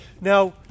Now